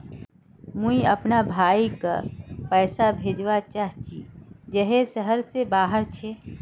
मुई अपना भाईक पैसा भेजवा चहची जहें शहर से बहार छे